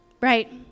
right